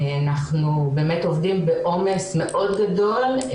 אנחנו עובדים בעומס מאוד גדול.